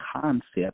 concept